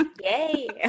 yay